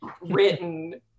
written